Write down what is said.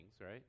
right